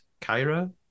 kyra